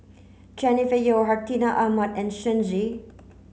Jennifer Yeo Hartinah Ahmad and Shen Xi